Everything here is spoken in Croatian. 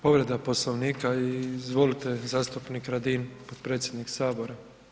Povreda Poslovnika, izvolite zastupnik Radin, potpredsjednik Sabora.